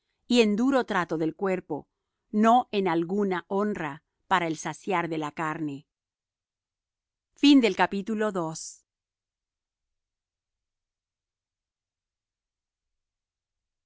y en duro trato del cuerpo no en alguna honra para el saciar de la carne si